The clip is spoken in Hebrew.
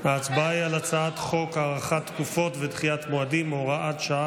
ההצבעה היא על הצעת חוק הארכת תקופות ודחיית מועדים (הוראת שעה,